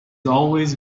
always